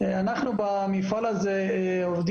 המפעל הזה קיים